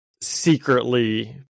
secretly